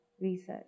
research